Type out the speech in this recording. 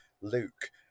Luke